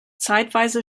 zeitweise